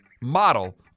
model